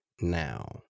now